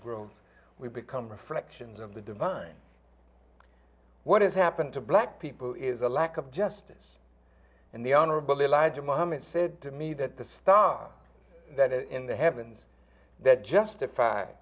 growth we become reflections of the divine what has happened to black people is a lack of justice and the honorable elijah muhammad said to me that the star in the heavens that justify